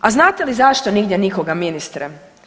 A znate li zašto nigdje nikoga ministre?